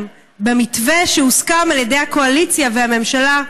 במתווה שהוסכם על ידי הקואליציה והממשלה.